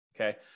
okay